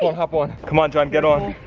and hop on. come on, john, get on.